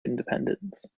independence